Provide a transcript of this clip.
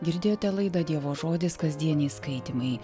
girdėjote laidą dievo žodis kasdieniai skaitymai